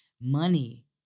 money